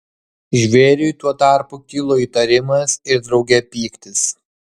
žvėriui tuo tarpu kilo įtarimas ir drauge pyktis